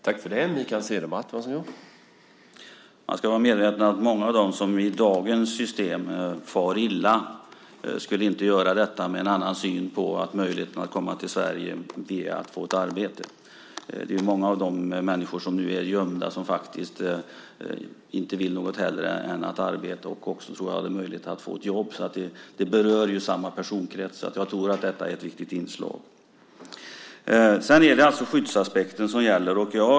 Herr talman! Man ska vara medveten om att många av dem som i dagens system far illa inte skulle göra detta med en annan syn på möjligheten att komma till Sverige via att få ett arbete. Det är ju många av de människor som nu är gömda som faktiskt inte vill något hellre än att arbeta och som jag också tror skulle ha möjligheter att få ett jobb. Det berör samma personkrets. Så jag tror att detta är ett viktigt inslag. Det är skyddsaspekten som gäller.